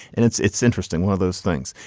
and it's it's interesting. one of those things,